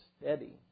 steady